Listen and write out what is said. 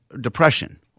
depression